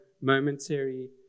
momentary